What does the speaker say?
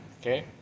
Okay